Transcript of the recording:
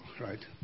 right